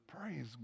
Praise